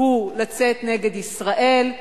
הוא לצאת נגד ישראל.